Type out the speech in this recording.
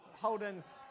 Holden's